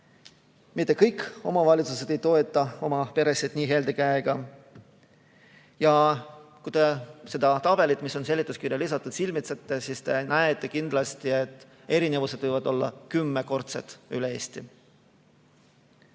Mitte kõik omavalitsused ei toeta oma peresid nii helde käega. Kui te seda tabelit, mis on seletuskirja lisatud, silmitsete, siis te näete kindlasti, et erinevused võivad üle Eesti